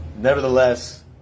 Nevertheless